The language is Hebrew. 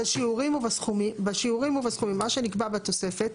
בשיעורים ובסכומים, מה שנקבע בתוספת,